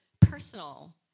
personal